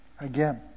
again